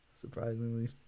surprisingly